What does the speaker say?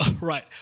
Right